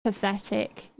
pathetic